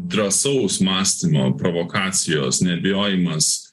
drąsaus mąstymo provokacijos nebijojimas